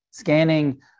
scanning